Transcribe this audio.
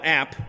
app